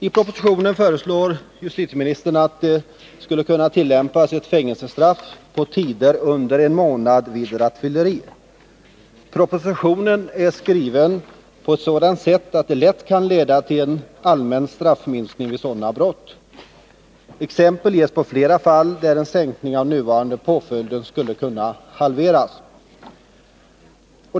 I propositionen föreslår justitieministern att det skulle kunna tillämpas fängelsestraff på tider under en månad vid rattfylleri. Propositionen är skriven på ett sådant sätt att det lätt kan leda till en allmän straffminskning vid sådana brott. Exempel ges på flera fall där den nuvarande påföljden skulle kunna halveras.